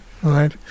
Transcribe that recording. Right